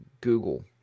Google